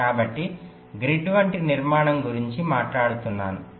కాబట్టి గ్రిడ్ వంటి నిర్మాణం గురించి మాట్లాడుతున్నాను